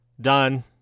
Done